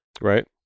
right